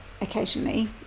occasionally